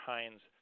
Hines